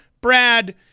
Brad